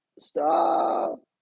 Stop